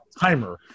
timer